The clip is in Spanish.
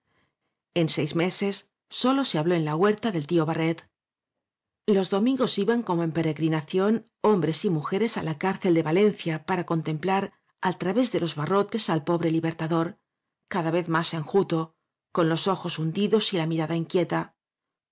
en seis meses sólo se habló en la huerta del tío barret los domingos iban como en peregrinación hombres y mujeres á la cárcel de valencia para contemplar al través de los barrotes al pobre libei'tador cada vez más enjuto con los ojos hundidos y la mirada inquieta